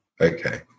Okay